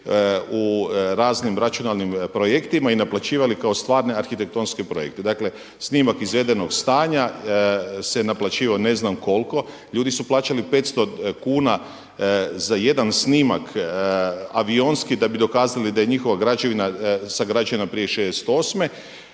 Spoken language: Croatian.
u raznim računalnim projektima i naplaćivali kao stvarne arhitektonske projekte. Dakle, snimak izvedenog stanja se naplaćivao ne znam koliko, ljudi su plaćali 500 kuna za jedan snimak avionski da bi dokazali da je njihova građevina sagrađena prije 1968.